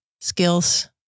skills